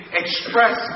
express